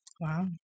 Wow